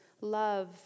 love